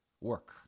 work